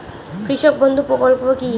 কৃষক বন্ধু প্রকল্প কি?